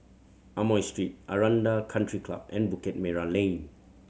Amoy Street Aranda Country Club and Bukit Merah Lane